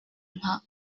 nka